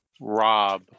rob